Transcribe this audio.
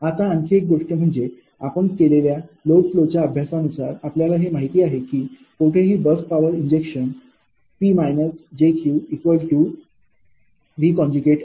आता आणखी एक गोष्ट म्हणजे आपण केलेल्या लोड फ्लोच्या अभ्यासानुसार आपल्याला हे माहित आहे की कोठेही बस पॉवर इंजेक्शन 𝑃−𝑗𝑄 V𝐼 असे आहे